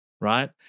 Right